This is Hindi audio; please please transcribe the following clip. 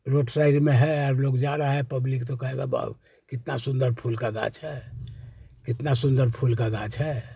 रोट साइड में है अब लोग जा रही है पब्लिक तो कहेगी बाओ कितना सुंदर फूल का गाछ है कितना सुंदर फूल का गाछ है